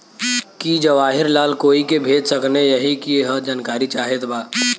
की जवाहिर लाल कोई के भेज सकने यही की जानकारी चाहते बा?